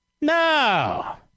No